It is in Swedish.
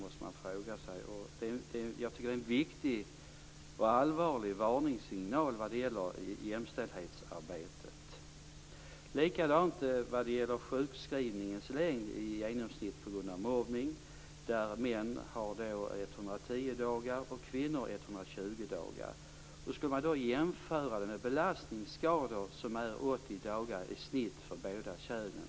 Det måste man fråga sig. Jag tycker att det är en viktig och allvarlig varningssignal vad gäller jämställdhetsarbetet. Likadant är det med den genomsnittliga längden på sjukskrivningar på grund av mobbning. Där har män 110 dagar och kvinnor 120 dagar. Då kan man jämföra med belastningsskador, som är 80 dagar i snitt för båda könen.